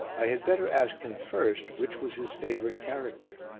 i had better ask him first which was his favourite character.